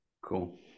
Cool